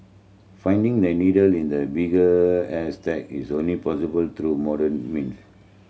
finding they needle in the bigger is only possible through modern means